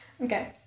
Okay